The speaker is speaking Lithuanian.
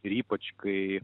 ir ypač kai